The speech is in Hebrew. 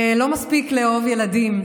לא מספיק לאהוב ילדים,